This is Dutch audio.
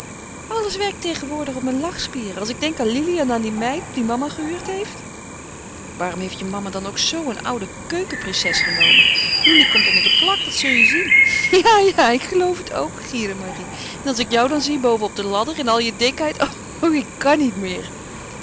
alles werkt tegenwoordig op mijn lachspieren als ik denk aan lili en aan die meid die mama gehuurd heeft waarom heeft je mama dan ook zoo een oude keukenprinses genomen lili komt onder de plak dat zal je zien ja ja ik geloof het ook gierde marie en als ik jou dan zie boven op de ladder in al je dikheid o ik kan niet meer